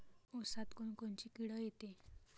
ऊसात कोनकोनची किड येते?